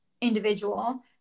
individual